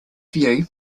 view